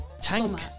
tank